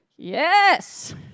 Yes